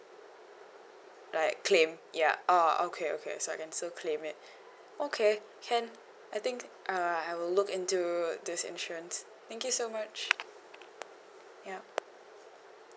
like claim ya uh okay okay so I can still claim it okay can I think uh I will look into this insurance thank you so much yup